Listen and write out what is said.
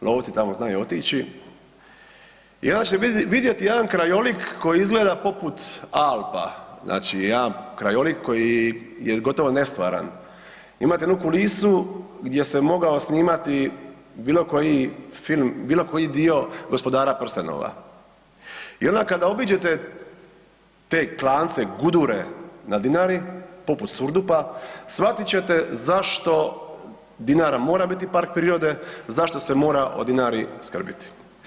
Lovci tamo znaju otići i onda ćete vidjeti jedan krajolik koji izgleda poput Alpa, znači jedan krajolik je gotovo nestvaran, imate jednu kulisu gdje se mogao snimati bilokoji dio Gospodara prstenova i onda kada obiđete te klance, gudure na Dinari, poput Surdupa, shvatit ćete zašto Dinara mora biti park prirode, zašto se mora o Dinari skrbiti.